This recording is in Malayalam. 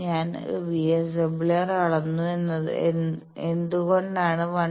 ഞാൻ VSWR അളന്നു എന്തുകൊണ്ടാണ് 1